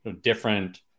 different